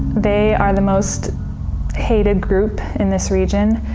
they are the most hated group in this region,